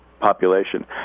population